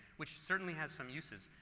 which certainly has some uses,